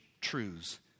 truths